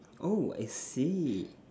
oh I see